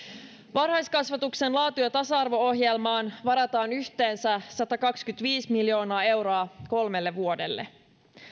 varhaiskasvatuksen laatu ja tasa arvo ohjelmaan varataan yhteensä satakaksikymmentäviisi miljoonaa euroa kolmelle vuodelle